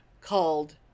called